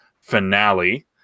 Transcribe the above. finale